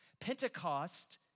Pentecost